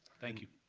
thank you.